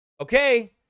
Okay